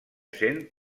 sent